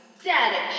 Static